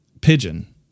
Pigeon